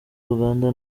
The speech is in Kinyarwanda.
uganda